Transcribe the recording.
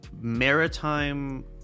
maritime